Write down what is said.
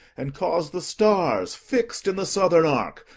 and cause the stars fix'd in the southern arc,